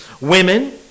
women